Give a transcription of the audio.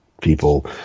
people